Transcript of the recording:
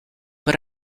but